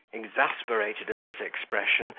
exasperated at this expression,